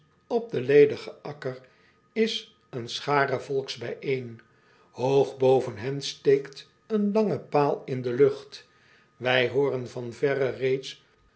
op den ledigen akker is een schare volks bijeen oog boven hen steekt een lange paal in de lucht ij hooren van verre reeds